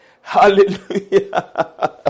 Hallelujah